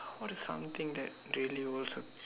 what is something that daily was a